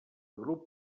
grup